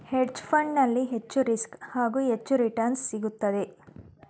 hedge fund ನಲ್ಲಿ ಹೆಚ್ಚು risk, ಹಾಗೂ ಹೆಚ್ಚು ರಿಟರ್ನ್ಸ್ ಸಿಗುತ್ತದೆ